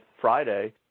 Friday